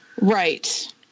Right